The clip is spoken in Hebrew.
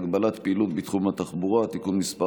(הגבלת פעילות בתחום התחבורה) (תיקון מס'